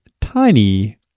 Tiny